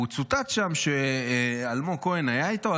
הוא צוטט שם, אלמוג כהן היה איתו.